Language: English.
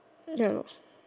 ya lah